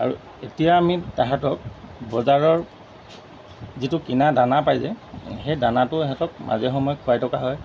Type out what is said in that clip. আৰু এতিয়া আমি তাহাঁতক বজাৰৰ যিটো কিনা দানা পাই যে সেই দানাটো এহেঁতক মাজে সময়ে খুৱাই থকা হয়